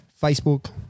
Facebook